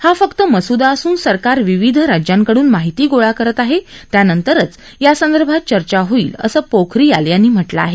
हा फक्त मसुदा असून सरकार विविध राज्यांकडून माहिती गोळा करत आहे त्यानंतरच यासंदर्भात चर्चा होईल असं पोखरीयाल यांनी म्हटलं आहे